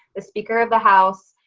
the speaker of the house,